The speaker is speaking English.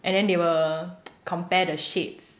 and then they will compare the shades